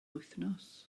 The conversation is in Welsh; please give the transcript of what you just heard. wythnos